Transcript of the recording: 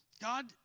God